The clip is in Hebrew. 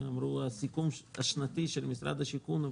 אמרו: הסיכום השנתי של משרד השיכון הוא